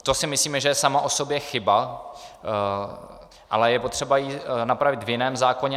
To si myslíme, že je samo o sobě chyba, ale je potřeba ji napravit v jiném zákoně.